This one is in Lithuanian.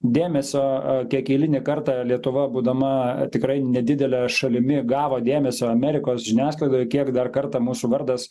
dėmesio kiek eilinį kartą lietuva būdama tikrai nedidele šalimi gavo dėmesio amerikos žiniasklaidoje kiek dar kartą mūsų vardas